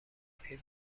پیر